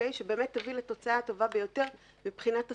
שבאמת תביא לתוצאה הטובה ביותר מבחינת הצרכנים.